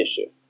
issue